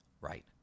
Right